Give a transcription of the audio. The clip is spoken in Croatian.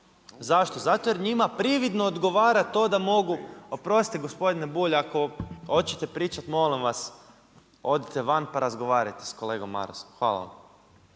Zašto? Zato jer njima prividno odgovara to da mogu… Oprostite gospodine Bulj, ako hoćete pričati, molim vas odite van pa razgovarajte sa kolegom Marasom. Hvala vam.